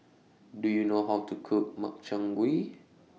Do YOU know How to Cook Makchang Gui